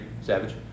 Savage